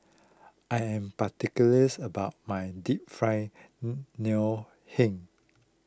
I am particulars about my Deep Fried Ngoh Hiang